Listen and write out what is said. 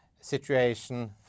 situation